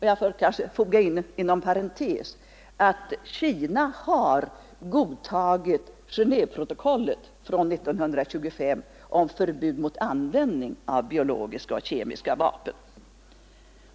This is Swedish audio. Jag får kanske foga in inom parentes att Kina har godtagit Genéveprotokollet från 1925 om förbud mot användning av biologiska och kemiska vapen.